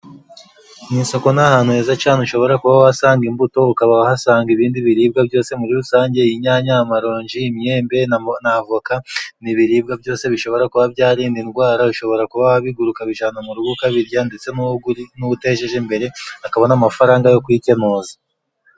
Mu isoko ni ahantu heza cane ushobora kuba wasanga imbuto ukaba wahasanga ibindi biribwa byose muri rusange inyanya, amaronji, imyembe, n'avoka n'ibiribwa byose bishobora kuba byarinda indwara, ushobora kuba wabigura ukabijana mu rugo ukabirya ndetse n'uwo utejeje imbere akabona amafaranga yo kwikenuza.